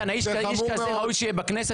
מתן: האם ראוי שאיש כזה יהיה בכנסת?